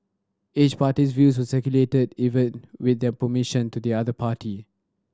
each party's views were circulated even with their permission to the other party